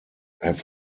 have